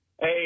Hey